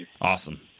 Awesome